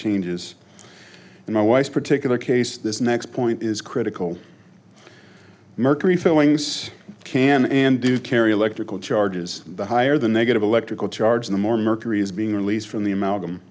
changes in my wife's particular case this next point is critical mercury fillings can and do carry electrical charges the higher the negative electrical charge the more mercury is being released from the am